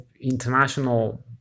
international